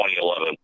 2011